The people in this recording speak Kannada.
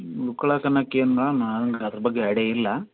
ಉಳ್ಕೊಳಕ್ಕೆ ಅನ್ನಕ್ಕೆ ಏನೋ ಮ್ಯಾಮ್ ನನ್ಗೆ ಅದ್ರ ಬಗ್ಗೆ ಐಡ್ಯಾ ಇಲ್ಲ